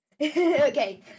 Okay